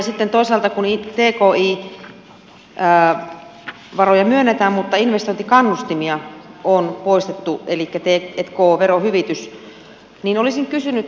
sitten toisaalta kun tki varoja myönnetään mutta investointikannustimia elikkä t k verohyvitys on poistettu olisin kysynyt